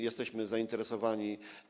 Jesteśmy tym zainteresowani.